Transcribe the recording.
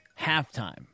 halftime